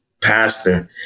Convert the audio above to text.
pastor